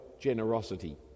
generosity